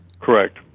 Correct